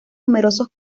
numerosos